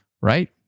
right